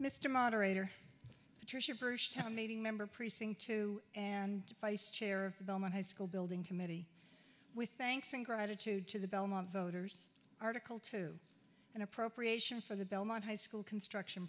mr moderator patricia birch town meeting member precinct two and vice chair of the belmont high school building committee with thanks and gratitude to the belmont voters article two and appropriation for the belmont high school construction